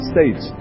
States